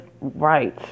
right